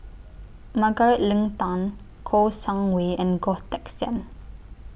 Margaret Leng Tan Kouo Shang Wei and Goh Teck Sian